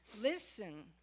Listen